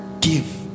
give